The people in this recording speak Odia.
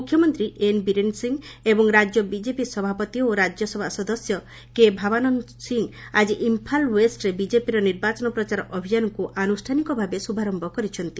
ମୁଖ୍ୟମନ୍ତ୍ରୀ ଏନ ବିରେନ୍ ସିଂହ ଏବଂ ରାଜ୍ୟ ବିଜେପି ସଭାପତି ଓ ରାଜ୍ୟସଭା ସଦସ୍ୟ କେ ଭାବାନନ୍ଦ ସିଂ ଆଜି ଇମ୍ଫାଲ ଓ୍ବେଷ୍ଟରେ ବିଜେପିର ନିର୍ବାଚନ ପ୍ରଚାର ଅଭିଯାନକୁ ଆନୁଷ୍ଠାନିକଭାବେ ଶୁଭାରୟ କରିଛନ୍ତି